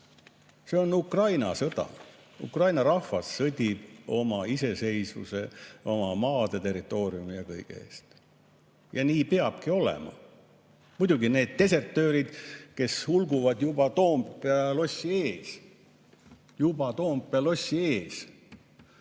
See on Ukraina sõda, Ukraina rahvas sõdib oma iseseisvuse, oma maade ja kõige muu eest. Nii peabki olema. Muidugi, need desertöörid, kes hulguvad Toompea lossi ees – juba Toompea lossi ees